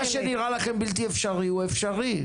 מה שנראה לכם בלתי אפשרי הוא אפשרי.